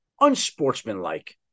unsportsmanlike